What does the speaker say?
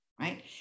right